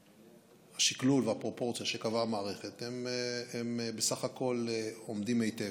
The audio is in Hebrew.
שהשקלול והפרופורציה שקבעה המערכת הם בסך הכול עומדים היטב.